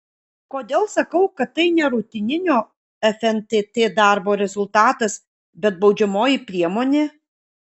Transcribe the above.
kodėl sakau kad tai ne rutininio fntt darbo rezultatas bet baudžiamoji priemonė